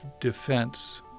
defense